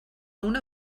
una